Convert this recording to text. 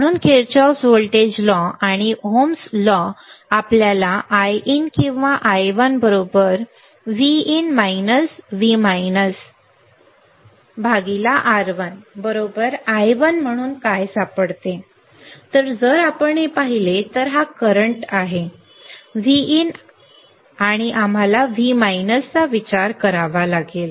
म्हणून Kirchhoff voltage कायदा आणि ओहमच्या कायद्यातून आपल्याला Iin किंवा I1 R1 बरोबर I1 म्हणून काय सापडते जर आपण हे पाहिले तर हा करंट काय आहे Vin आणि आम्हाला V विचार करावा लागेल